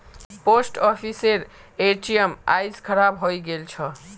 post ऑफिसेर ATM आइज खराब हइ गेल छ